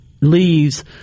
leaves